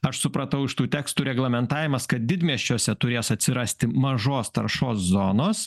aš supratau iš tų tekstų reglamentavimas kad didmiesčiuose turės atsirasti mažos taršos zonos